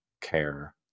care